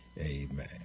Amen